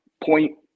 point